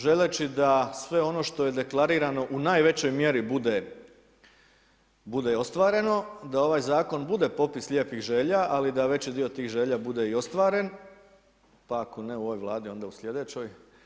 Želeći da sve ono što je deklarirano u najvećoj mjeri bude ostvareno, da ovaj zakon bude popis lijepih želja, ali da veći dio tih želja bude i ostvaren, pa ako ne u ovoj vladi onda u sljedećoj.